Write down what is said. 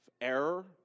error